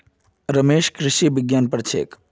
रमेश कृषि विज्ञान पढ़ छेक